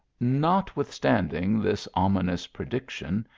notwithstanding this ominous prediction,